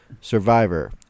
survivor